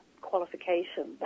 qualification